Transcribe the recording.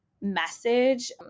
message